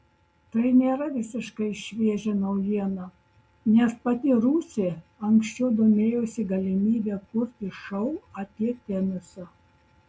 tai nėra visiškai šviežia naujiena nes pati rusė anksčiau domėjosi galimybe kurti šou apie tenisą